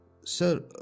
Sir